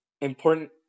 important